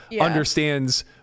understands